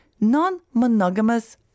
non-monogamous